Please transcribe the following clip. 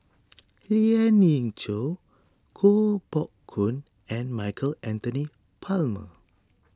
Lien Ying Chow Koh Poh Koon and Michael Anthony Palmer